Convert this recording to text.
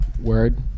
Word